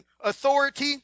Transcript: authority